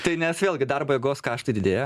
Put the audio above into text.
tai nes vėlgi darbo jėgos kaštai didėja